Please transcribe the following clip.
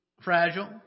Fragile